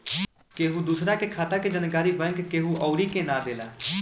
केहू दूसरा के खाता के जानकारी बैंक केहू अउरी के ना देला